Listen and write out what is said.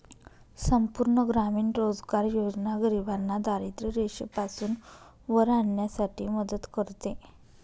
संपूर्ण ग्रामीण रोजगार योजना गरिबांना दारिद्ररेषेपासून वर आणण्यासाठी मदत करते